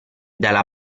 dalla